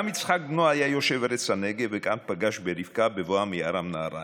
גם יצחק בנו היה יושב ארץ הנגב וכאן פגש ברבקה בבואה מארם נהריים.